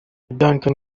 duncan